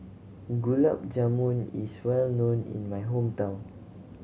Gulab Jamun is well known in my hometown